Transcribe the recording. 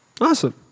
Awesome